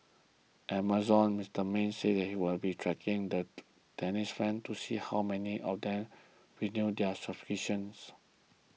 Amazon's Mister Marine says he will be tracking the tennis fans to see how many of them renew their subscriptions